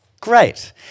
Great